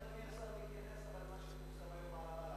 אבל איך אדוני השר מתייחס למה שפורסם היום על המל"ל?